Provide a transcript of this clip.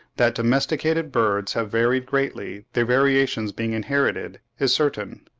that domesticated birds have varied greatly, their variations being inherited, is certain.